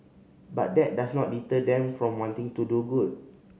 but that does not deter them from wanting to do good